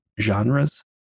genres